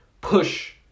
push